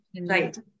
Right